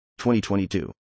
2022